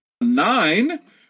Nine